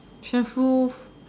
cheerful